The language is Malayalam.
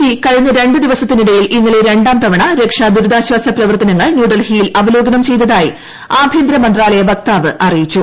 സി കഴിഞ്ഞ രണ്ട് ദിവസത്തിനിടയിൽ ഇന്നലെ രണ്ടാം തവണ രക്ഷാ ദുരിതാശ്വാസ പ്രവർത്തനങ്ങൾ ന്യൂഡൽഹിയിൽ അവലോകനം ചെയ്തതായി ആഭ്യന്തരമന്ത്രാലയ വക്താവ് അറിയിച്ചു